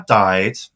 died